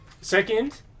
Second